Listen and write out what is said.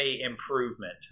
improvement